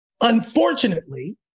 Unfortunately